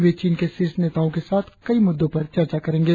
वे चीन के शीर्ष नेताओ के साथ कई मुद्दों पर चर्चा करेंगे